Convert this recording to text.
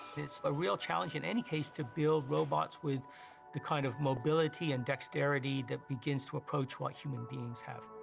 it's a real challenge in any case to build robots with the kind of mobility and dexterity that begins to approach what human beings have.